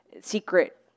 secret